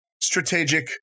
strategic